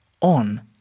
on